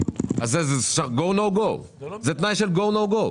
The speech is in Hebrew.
זה תנאי של Go או No go.